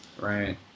Right